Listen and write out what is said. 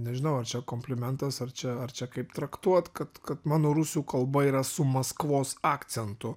nežinau ar čia komplimentas ar čia ar čia kaip traktuot kad kad mano rusų kalba yra su maskvos akcentu